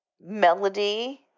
melody